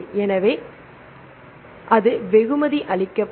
எனவே அது வெகுமதி அளிக்கப்படும்